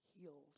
healed